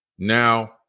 now